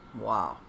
Wow